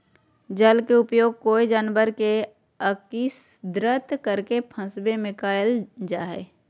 जल के उपयोग कोय जानवर के अक्स्र्दित करके फंसवे में कयल जा हइ